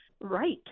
right